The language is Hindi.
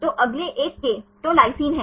तो अगले एक K तो लाइसिन है